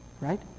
right